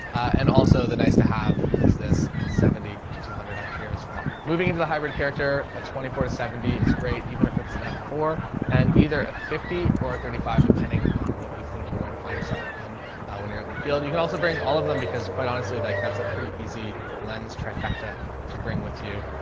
and also the nice to have is this seventy to two hundred up here as well moving into the hybrid character. ah, twenty four to seventy is great. even if it's an f four and either a fifty or thirty five depending on what you think you're going to find yourself in when you're out in the field, you can also bring all of them because quite honestly like that's a pretty easy lens trifecta to bring with you. um,